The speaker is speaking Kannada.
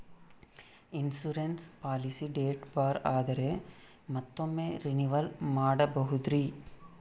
ಇನ್ಸೂರೆನ್ಸ್ ಪಾಲಿಸಿ ಡೇಟ್ ಬಾರ್ ಆದರೆ ಮತ್ತೊಮ್ಮೆ ರಿನಿವಲ್ ಮಾಡಬಹುದ್ರಿ?